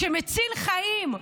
זה חוק שמציל חיים,